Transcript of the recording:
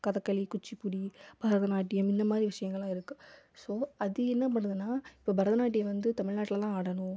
கதகளி குச்சிப்புடி பரதநாட்டியம் இந்த மாதிரி விஷயங்கலாம் இருக்குது ஸோ அது என்ன பண்ணுதுன்னால் இப்போ பரதநாட்டியம் வந்து தமிழ்நாட்டில் தான் ஆடணும்